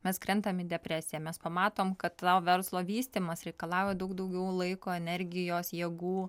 mes krentam į depresiją mes pamatom kad verslo vystymas reikalauja daug daugiau laiko energijos jėgų